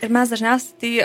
ir mes dažniausia tai